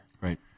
Right